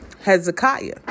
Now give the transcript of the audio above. Hezekiah